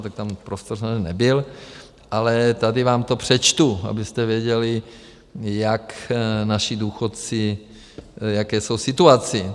Tak tam prostor samozřejmě nebyl, ale tady vám to přečtu, abyste věděli, jak naši důchodci, v jaké jsou situaci: